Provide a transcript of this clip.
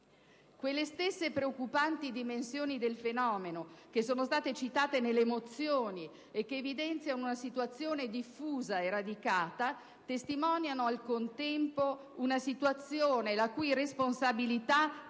Quelle stesse preoccupanti dimensioni del fenomeno che sono state citate nelle mozioni, e che evidenziano una situazione diffusa e radicata, testimoniano al contempo una situazione la cui responsabilità